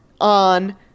on